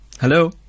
Hello